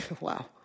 wow